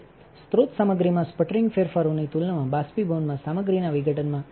સ્ત્રોત સામગ્રીમાં સ્પટરિંગ ફેરફારોની તુલનામાં બાષ્પીભવનમાં સામગ્રીના વિઘટનમાં વિઘટન વધારે છે